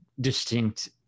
distinct